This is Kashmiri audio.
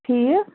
ٹھیٖک